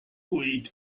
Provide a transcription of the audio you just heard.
kuid